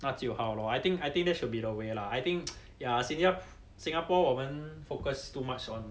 那就好 lor I think I think that should be the way lah I think ya singa~ singapore 我们 focus too much on